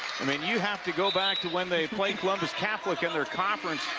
i mean you have to go back to when they played columbus catholic in their conference